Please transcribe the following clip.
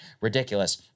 ridiculous